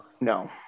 No